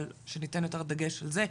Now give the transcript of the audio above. אבל שניתן יותר דגש על זה,